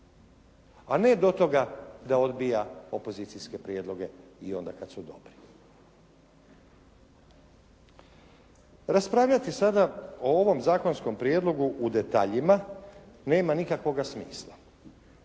a ne do toga da odbija opozicijske prijedloge i onda kad su dobri. Raspravljati sada o ovom zakonskom prijedlogu u detaljima nema nikakvoga smisla